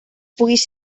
puguis